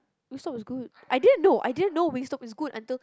Wing-Stop was good I didn't know I didn't know Wing-Stop is good until